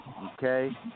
Okay